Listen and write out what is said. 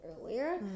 earlier